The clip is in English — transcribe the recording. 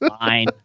fine